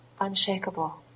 unshakable